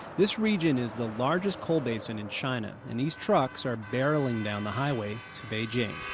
this region is the largest coal basin in china. and these trucks are barreling down the highway to beijing